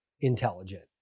intelligent